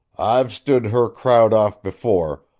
i've stood her crowd off before,